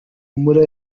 mula